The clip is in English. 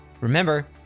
Remember